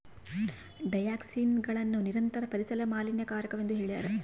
ಡಯಾಕ್ಸಿನ್ಗಳನ್ನು ನಿರಂತರ ಪರಿಸರ ಮಾಲಿನ್ಯಕಾರಕವೆಂದು ಹೇಳ್ಯಾರ